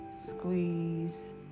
squeeze